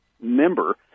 member